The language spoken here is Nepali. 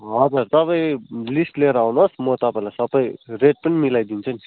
हजुर तपाईँ लिस्ट लिएर आउनुहोस् म तपाईँलाई सबै रेट पनि मिलाइदिन्छु नि